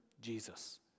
Jesus